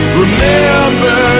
remember